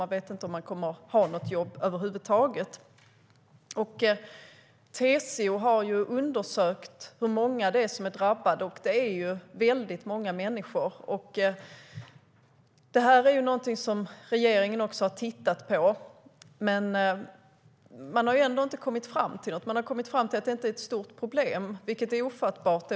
Man vet inte om man kommer att ha något jobb över huvud taget. TCO har undersökt hur många som är drabbade, och det är väldigt många. Det här är någonting som regeringen också har tittat på, men man har ändå inte kommit fram till något. Man har kommit fram till att det inte är ett stort problem, vilket är ofattbart.